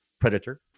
Predator